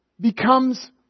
becomes